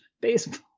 baseball